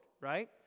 right